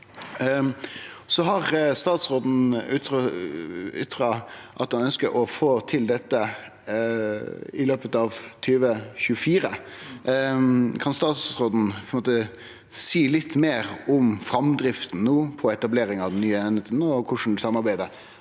Statsråden har ytra at han ønskjer å få til dette i løpet av 2024. Kan statsråden seie litt meir om framdrifta no for etablering av den nye eininga, og kva samarbeid